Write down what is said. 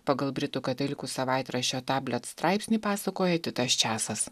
pagal britų katalikų savaitraščio tablet straipsnį pasakoja titas česas